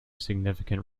significant